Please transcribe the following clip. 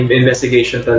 investigation